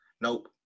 Nope